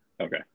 Okay